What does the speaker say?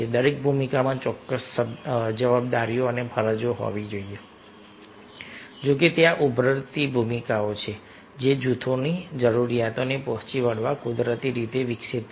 દરેક ભૂમિકામાં ચોક્કસ જવાબદારીઓ અને ફરજો હોવી જોઈએ જો કે ત્યાં ઉભરતી ભૂમિકાઓ છે જે જૂથોની જરૂરિયાતોને પહોંચી વળવા કુદરતી રીતે વિકસિત થાય છે